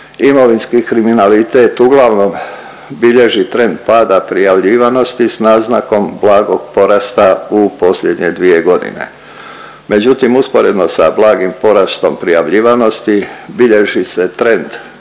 imovinski kriminalitet uglavnom bilježi trend pada prijavljivanosti s naznakom blagog porasta u posljednje 2 godine. Međutim, usporedno sa blagim porastom prijavljivanosti, bilježi se trend porasta